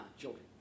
children